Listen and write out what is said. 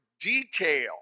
detail